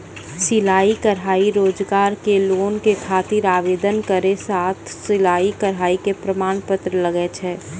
सिलाई कढ़ाई रोजगार के लोन के खातिर आवेदन केरो साथ सिलाई कढ़ाई के प्रमाण पत्र लागै छै?